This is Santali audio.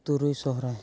ᱛᱩᱨᱩᱭ ᱥᱚᱦᱨᱟᱭ